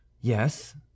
Yes